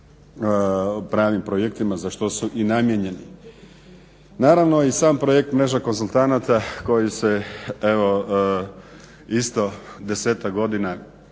pravim projektima za što su i namijenjeni. Naravno i sam Projekt mreža konzultanata koji se evo isto 10-ak godina